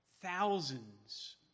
thousands